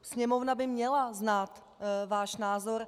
Sněmovna by měla znát váš názor.